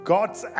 God's